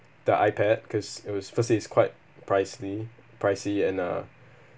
the iPad because it was firstly it's quite pricely pricey and uh